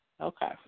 Okay